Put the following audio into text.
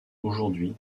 aujourd’hui